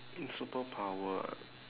superpower ah